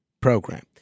program